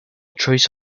trace